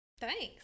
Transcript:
Thanks